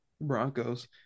Broncos